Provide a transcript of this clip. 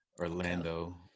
Orlando